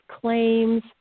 claims